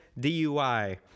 DUI